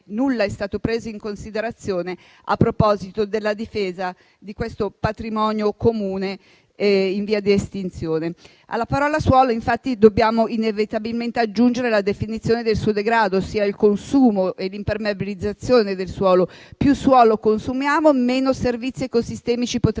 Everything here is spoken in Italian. nulla è stato preso in considerazione a proposito della difesa di questo patrimonio comune e in via di estinzione. Alla parola suolo, infatti, dobbiamo inevitabilmente aggiungere la definizione del suo degrado, ossia il consumo e l'impermeabilizzazione del suolo; più suolo consumiamo, meno servizi ecosistemici potranno